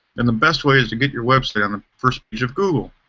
and the best way is to get your website on the first page of google.